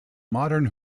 modern